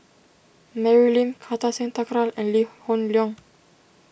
Mary Lim Kartar Singh Thakral and Lee Hoon Leong